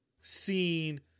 seen